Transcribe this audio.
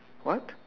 what